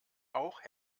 auch